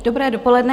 Dobré dopoledne.